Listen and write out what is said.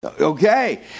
Okay